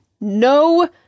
No